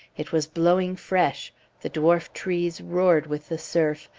it was blowing fresh the dwarf trees roared with the surf,